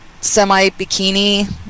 semi-bikini